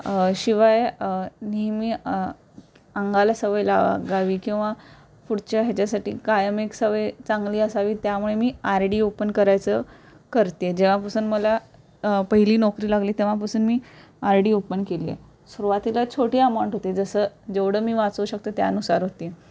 शिवाय नेहमी अंगाला सवय लागावी किंवा पुढच्या ह्याच्यासाठी कायम एक सवय चांगली असावी त्यामुळे मी आर डी ओपन करायचं करते जेव्हापासून मला पहिली नोकरी लागली तेव्हापासून मी आर डी ओपन केली आहे सुरवातीला छोटी अमाऊंट होते जसं जेवढं मी वाचवू शकतो त्यानुसार होती